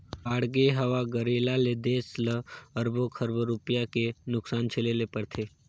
बाड़गे, हवा गरेरा ले देस ल अरबो खरबो रूपिया के नुकसानी झेले ले परथे